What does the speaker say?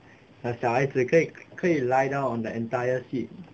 小孩子可以可以 lie down on the entire seats